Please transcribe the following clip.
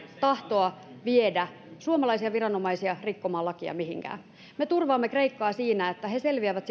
tahtoa viedä suomalaisia viranomaisia mihinkään rikkomaan lakia me turvaamme kreikkaa siinä että he selviävät